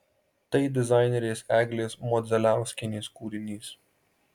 tai dizainerės eglės modzeliauskienės kūrinys